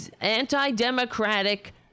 anti-democratic